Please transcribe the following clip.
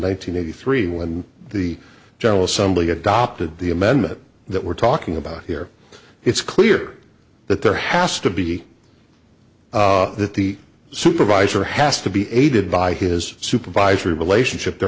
hundred eighty three when the general assembly adopted the amendment that we're talking about here it's clear that there has to be that the supervisor has to be aided by his supervisory relationship there